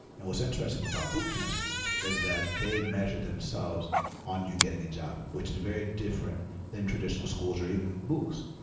and what's interesting about boot camps is that they measure themselves on you getting a job, which very different than traditional schools or even moocs.